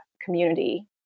community